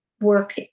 work